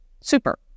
Super